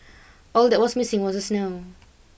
all that was missing was the snow